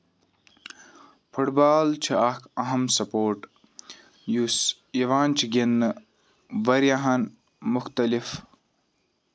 foot بال چھےٚ اکھ اَہم سپوٹ یُس یِوان چھُ گِندنہٕ واریاہَن مُختٔلِف